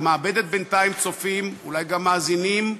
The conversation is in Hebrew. היא מאבדת בינתיים צופים, ואולי גם מאזינים,